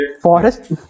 Forest